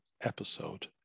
episode